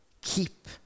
Keep